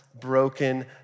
broken